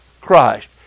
Christ